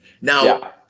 Now